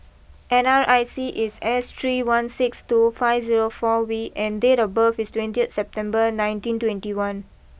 N R I C is S three one six two five zero four V and date of birth is twenty September nineteen twenty one